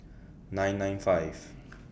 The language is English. nine nine five